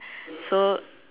so